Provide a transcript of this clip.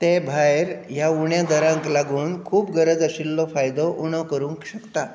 ते भायर ह्या उण्या दरांक लागून खूब गरज आशिल्लो फायदो उणो करूंक शकता